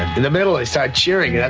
in the middle i start cheering, yeah